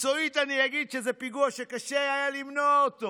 מקצועית אני לא אגיד שזה פיגוע שקשה היה למנוע אותו,